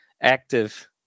active